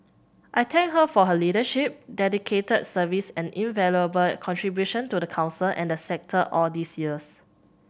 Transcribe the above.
I thank her for her leadership dedicated service and invaluable contribution to the Council and the sector all these years